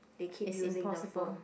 they keep using the phone